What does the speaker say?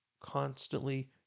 constantly